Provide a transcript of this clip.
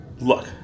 Look